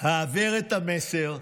העבר את המסר,